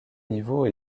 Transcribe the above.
niveaux